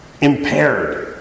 Impaired